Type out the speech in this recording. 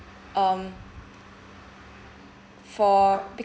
um for